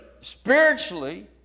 spiritually